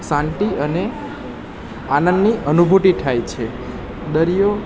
શાંતિ અને આનંદની અનુભૂતિ થાય છે દરિયો